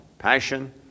passion